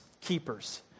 keepers